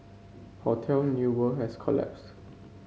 Hotel New World has collapsed